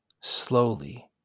slowly